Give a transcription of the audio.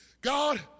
God